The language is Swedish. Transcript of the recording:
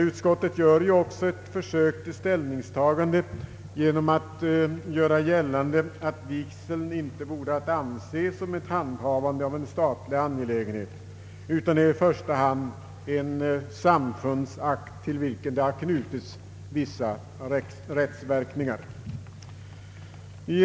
Utskottet gör också ett försök till ställningstagande genom att göra gällande att vigseln inte vore att anse som »ett handhavande av en statlig angelägenhet som sådan utan är i första hand en samfundsakt till vilken rättsverkningar knutits».